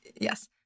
Yes